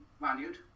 valued